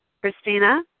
Christina